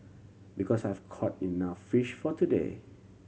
because I've caught enough fish for today